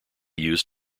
used